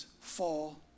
fall